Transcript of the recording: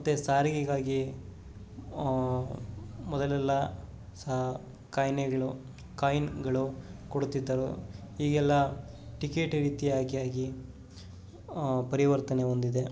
ಮತ್ತು ಸಾರಿಗೆಗಾಗಿ ಮೊದಲೆಲ್ಲ ಸ ಕಾಯಿನೆಗಳು ಕಾಯಿನ್ಗಳು ಕೊಡುತ್ತಿದ್ದರು ಈಗೆಲ್ಲ ಟಿಕೆಟ್ ರೀತಿಯಾಗಿ ಆಗಿ ಪರಿವರ್ತನೆ ಹೊಂದಿದೆ